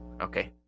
Okay